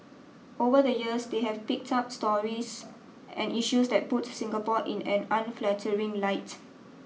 over the years they have picked up stories and issues that puts Singapore in an unflattering light